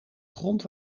grond